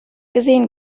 gesehen